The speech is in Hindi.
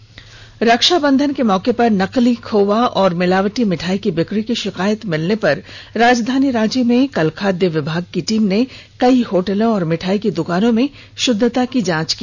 मिठाई जांच रक्षाबंधन के मौके पर नकली खोवा और मिलावटी मिठाई की बिकी की शिकायत मिलने पर राजधानी रांची में कल खाद्य विभाग की टीम ने कई होटलों और मिठाई की दुकानों में शुद्धता की जांच की